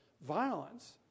violence